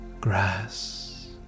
grass